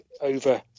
over